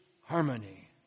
harmony